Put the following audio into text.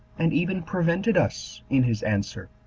and even prevented us in his answer.